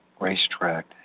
racetrack